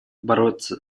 бороться